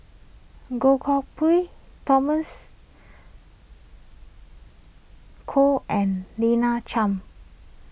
Goh Koh Pui Thomas Koh and Lina Chiam